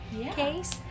case